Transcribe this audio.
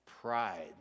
pride